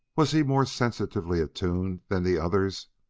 was he more sensitively attuned than the others?